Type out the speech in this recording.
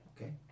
Okay